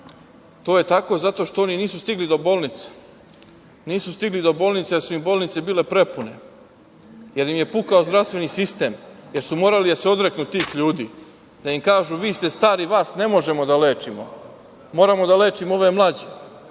To je tako zato što oni nisu stigli do bolnice. Nisu stigli do bolnice, jer su im bolnice bile prepune, jer im je pukao zdravstveni sistem, jer su morali da se odreknu tih ljudi, da im kažu – vi ste stari, vas ne možemo da lečimo, moramo da lečimo ove mlađe.